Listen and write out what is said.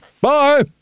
bye